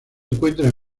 encuentran